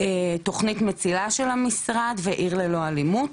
תוכנית מצילה של המשרד ו'עיר ללא אלימות',